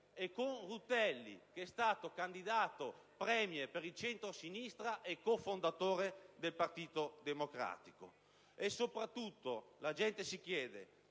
e con Rutelli, che è stato candidato Premier per il centrosinistra e cofondatore del Partito Democratico. E, soprattutto, la gente si chiede: